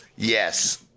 Yes